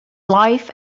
life